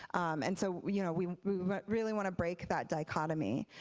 um and so you know we really want to break that dichotomy.